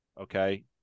okay